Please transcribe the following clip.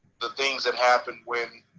the things that happen when